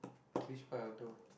which part your toe